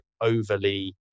overly